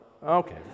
Okay